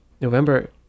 november